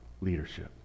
leadership